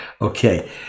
Okay